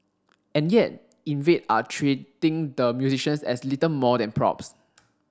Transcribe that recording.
and yet Invade are treating the musicians as little more than props